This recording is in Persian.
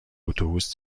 اتوبوس